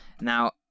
now